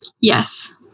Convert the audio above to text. yes